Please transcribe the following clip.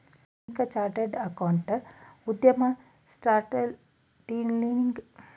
ಆಧುನಿಕ chartered accountant ಉದ್ಯೋಗ ಸ್ಕಾಟ್ಲೆಂಡಿನಲ್ಲಿ ಮೊದಲು ಶುರುವಾಯಿತು